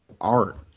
art